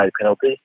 penalty